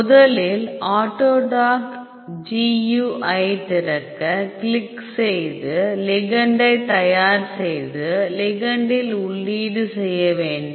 முதலில் AutoDock gui திறக்க click செய்து லிகெண்டைத் தயார் செய்து லிகெண்டில் உள்ளீடு செய்ய வேண்டும்